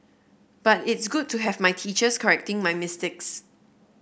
but it's good to have my teachers correcting my mistakes